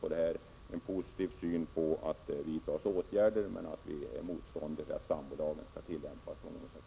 Vi har en positiv inställning till att åtgärder vidtas, men vi är motståndare till att sambolagen skall tillämpas för homosexuella.